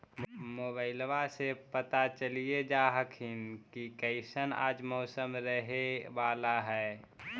मोबाईलबा से पता चलिये जा हखिन की कैसन आज मौसम रहे बाला है?